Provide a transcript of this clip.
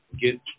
get